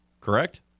correct